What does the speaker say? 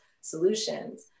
solutions